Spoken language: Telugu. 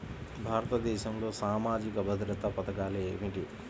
భారతదేశంలో సామాజిక భద్రతా పథకాలు ఏమిటీ?